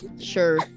Sure